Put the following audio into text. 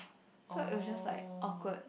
so it was just like awkward